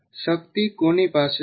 શક્તિ કોની પાસે છે